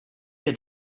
had